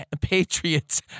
Patriots